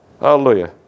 Hallelujah